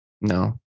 no